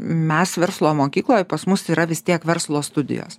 mes verslo mokykloj pas mus yra vis tiek verslo studijos